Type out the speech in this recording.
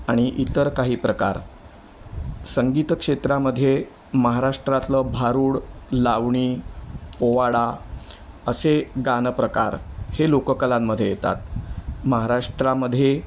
आणि इतर काही प्रकार संगीत क्षेत्रामध्ये महाराष्ट्रातलं भारूड लावणी पोवाडा असे गानप्रकार हे लोककलांमध्ये येतात महाराष्ट्रामध्ये